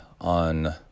on